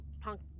Punk